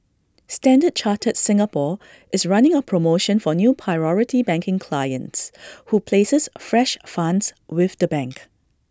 standard chartered Singapore is running A promotion for new priority banking clients who places fresh funds with the bank